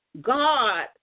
God